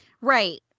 Right